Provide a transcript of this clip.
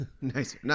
Nice